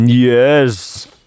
Yes